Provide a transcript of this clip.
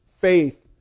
faith